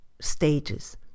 stages